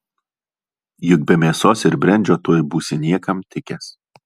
juk be mėsos ir brendžio tuoj būsi niekam tikęs